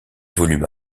volumes